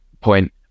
point